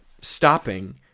stopping